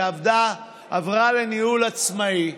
שעברה לניהול עצמאי,